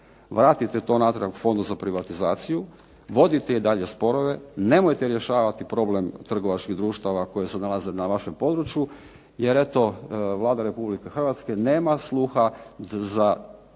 Vratite to natrag Fondu za privatizaciju, vodite i dalje sporove, nemojte rješavati problem trgovačkih društava koji se nalaze na vašem području jer eto Vlada Republike Hrvatske nema sluha da